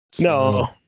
No